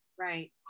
right